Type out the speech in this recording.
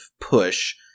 push